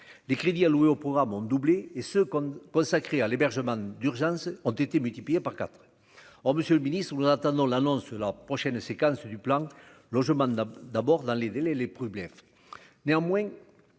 les crédits alloués au programme ont doublé et ce qu'on ne consacrés à l'hébergement d'urgence ont été multipliés par 4, monsieur le Ministre ou en attendant l'annonce la prochaine séquence du plan logement d'abord dans les délais les problèmes